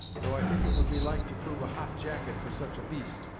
though i think it would be like to prove a hot jacket for such a beast,